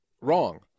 wrong